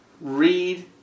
read